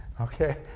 Okay